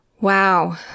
Wow